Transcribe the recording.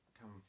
come